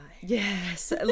Yes